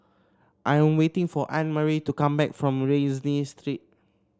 I'm waiting for Annemarie to come back from Rienzi Street